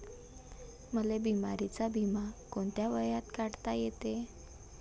मले बिमारीचा बिमा कोंत्या वयात काढता येते?